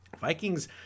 Vikings